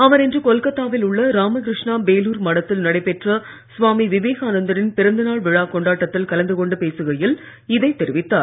அவர் இன்று கொல்கத்தாவில் உள்ள ராமகிருஷ்ணா பேலூர் மடத்தில் நடைபெற்ற சுவாமி விவேகானந்தரின் பிறந்த நாள் விழா கொண்டாட்டத்தில் கலந்து கொண்டு பேசுகையில் இதை தெரிவித்தார்